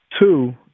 Two